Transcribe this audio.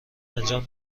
انجام